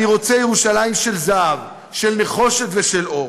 אני רוצה ירושלים של זהב, של נחושת ושל אור.